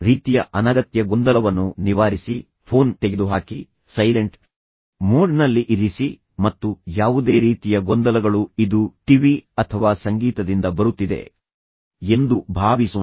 ಆದ್ದರಿಂದ ಈ ರೀತಿಯ ಅನಗತ್ಯ ಗೊಂದಲವನ್ನು ನಿವಾರಿಸಿ ಫೋನ್ ತೆಗೆದುಹಾಕಿ ಸೈಲೆಂಟ್ ಮೋಡ್ನಲ್ಲಿ ಇರಿಸಿ ಮತ್ತು ಯಾವುದೇ ರೀತಿಯ ಗೊಂದಲಗಳು ಇದು ಟಿವಿ ಅಥವಾ ಸಂಗೀತದಿಂದ ಬರುತ್ತಿದೆ ಎಂದು ಭಾವಿಸೋಣ